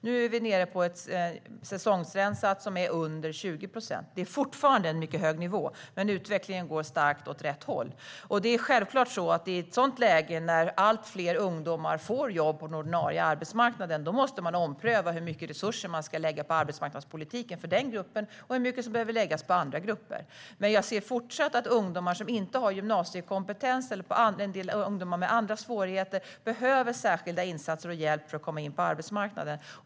Nu är vi säsongsrensat nere på under 20 procent. Det är fortfarande en mycket hög nivå. Men utvecklingen går starkt åt rätt håll. I ett sådant läge när allt fler ungdomar får jobb på den ordinarie arbetsmarknaden måste man ompröva hur mycket resurser man ska lägga på arbetsmarknadspolitiken för den gruppen och hur mycket som behöver läggas på andra grupper. Jag ser fortsatt att ungdomar som inte har gymnasiekompetens eller en del ungdomar med andra svårigheter behöver särskilda insatser och hjälp för att komma in på arbetsmarknaden.